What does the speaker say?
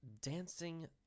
dancing